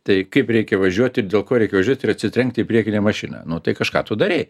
tai kaip reikia važiuoti ir dėl ko reikia važiuoti ir atsitrenkti į priekinę mašiną nu tai kažką tu darei